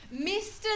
Mr